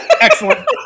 Excellent